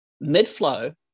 mid-flow